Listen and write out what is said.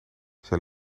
zijn